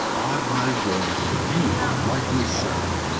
on my word, you are rightly served,